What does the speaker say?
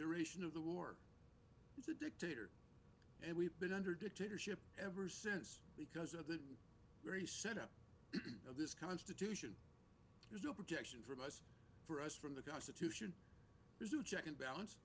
duration of the war it's a dictator and we've been under dictatorship ever since because of the very set up of this constitution there's no protection from it for us from the constitution has to check and balance